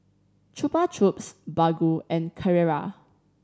Chupa Chups Baggu and Carrera